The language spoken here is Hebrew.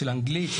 אנגלית,